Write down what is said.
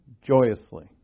joyously